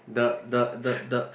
the the the the